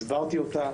הסברתי אותה.